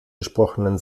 gesprochenen